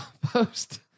post